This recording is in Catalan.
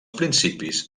principis